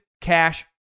cash